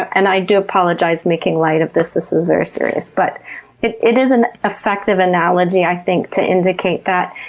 and i do apologize, making light of this. this is very serious, but it it is an effective analogy, i think, to indicate that.